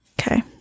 okay